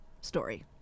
story